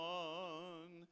one